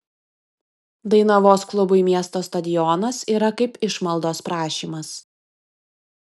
dainavos klubui miesto stadionas yra kaip išmaldos prašymas